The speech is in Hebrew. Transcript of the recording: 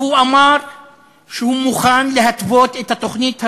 והוא אמר שהוא מוכן להתוות את התוכנית הזאת,